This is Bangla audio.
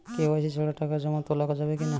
কে.ওয়াই.সি ছাড়া টাকা জমা তোলা করা যাবে কি না?